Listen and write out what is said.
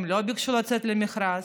הם לא ביקשו לצאת למכרז,